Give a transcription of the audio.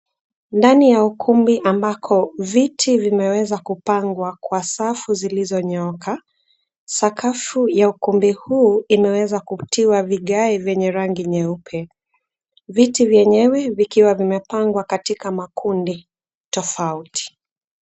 Ndani ya ukumbi ambako viti vimeweza kupangwa kwa safu zilizonyooka. Sakafu ya ukumbi huu imeweza kutiwa vigae vyenye rangi nyeupe. Viti vyenyewe vikiwa vimepangwa katika makundi tofauti.